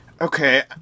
Okay